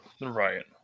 Right